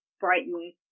brighten